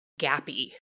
gappy